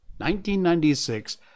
1996